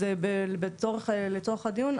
אז לצורך הדיון,